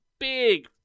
big